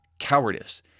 Cowardice